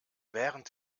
während